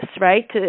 right